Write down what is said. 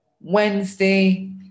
Wednesday